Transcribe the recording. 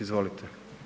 Izvolite.